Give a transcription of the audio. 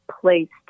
placed